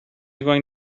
going